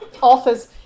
Authors